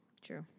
True